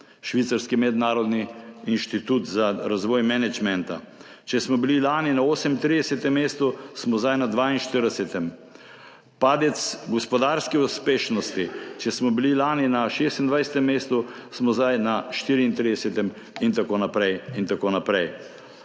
švicarski mednarodni inštitut za razvoj menedžmenta – če smo bili lani na 38. mestu, smo zdaj na 42. Padec gospodarske uspešnosti – če smo bili lani na 26. mestu, smo zdaj na 34. in tako naprej.